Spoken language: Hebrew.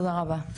תודה רבה.